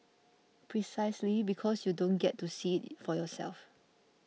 precisely because you don't get to see it for yourself